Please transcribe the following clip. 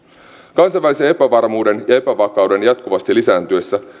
kansainvälisen epävarmuuden ja epävakauden jatkuvasti lisääntyessä